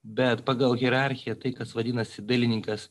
bet pagal hierarchiją tai kas vadinasi dailininkas